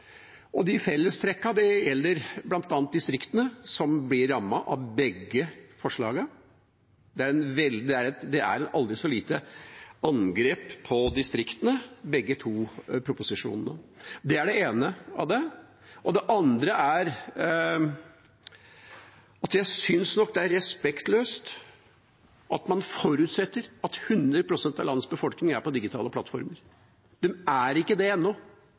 begge de to proposisjonene. Det er det ene av det. Det andre er at jeg synes det er respektløst at man forutsetter at hundre prosent av landets befolkning er på digitale plattformer. De er ikke det ennå,